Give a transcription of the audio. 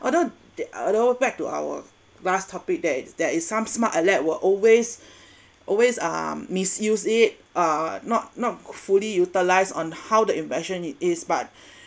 although although back to our last topic there's there is some smart aleck will always always um misuse it uh not not fully utilise on how the invention it is but